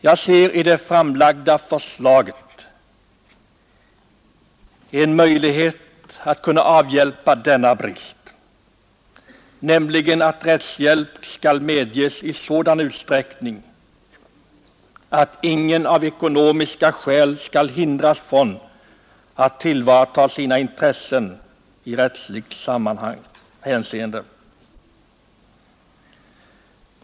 Jag ser i det framlagda förslaget en möjlighet att avhjälpa denna brist. Rättshjälp skall medges i sådan utsträckning att ingen av ekonomiska skäl hindras från att tillvarata sina intressen i rättsligt hänseende.